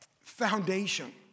foundation